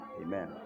Amen